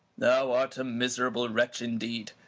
thou art a miserable wretch indeed!